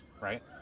right